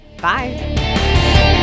Bye